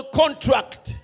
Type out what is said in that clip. contract